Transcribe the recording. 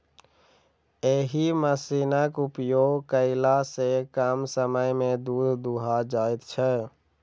एहि मशीनक उपयोग कयला सॅ कम समय मे दूध दूहा जाइत छै